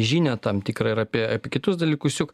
žinią tam tikrą ir apie kitus dalykus juk